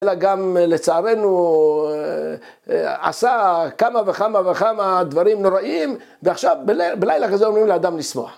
אלה גם לצערנו עשה כמה וכמה וכמה דברים נוראים ועכשיו בלילה כזה אומרים לאדם לשמוח